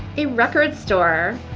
a record store,